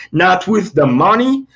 not with the money,